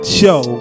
show